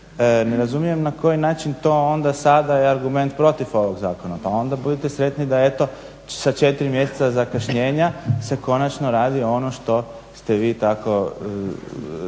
ne razumijem na koji način to onda sada je argument protiv ovog zakona pa onda budite sretni da eto sa 4 mjeseca zakašnjenja se konačno radi ono što ste vi tako